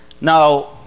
Now